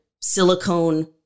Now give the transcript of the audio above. silicone